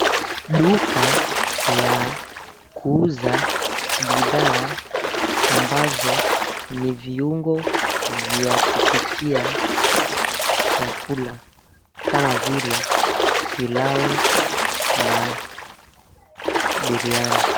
Duka la kuuza bidhaa ambazo ni viungo vya kupikia chakula kama vile pilau na biriani.